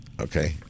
Okay